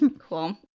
Cool